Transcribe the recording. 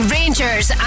Rangers